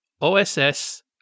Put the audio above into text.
OSS